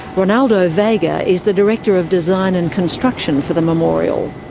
ronaldo vega is the director of design and construction for the memorial.